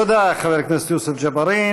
תודה לחבר הכנסת יוסף ג'בארין.